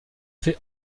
fait